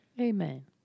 Amen